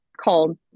called